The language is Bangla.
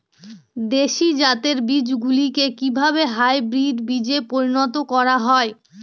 দেশি জাতের বীজগুলিকে কিভাবে হাইব্রিড বীজে পরিণত করা হয়?